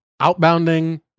outbounding